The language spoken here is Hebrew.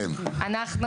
כן, בבקשה.